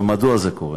מדוע זה קורה?